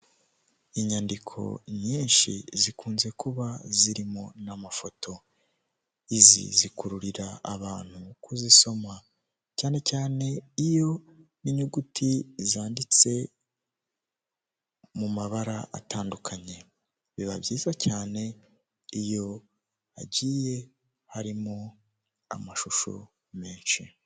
Inyandiko nyinshi zikunze kuba zirimo n'amafoto, izi zikururira abantu kuzisoma cyane cyane iyo n'inyuguti zanditse mu mabara atandukanye, biba byiza cyane iyo hagiye harimo amashusho menshi.